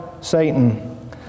Satan